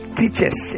teachers